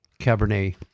Cabernet